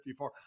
54